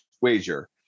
wager